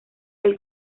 del